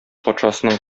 патшасының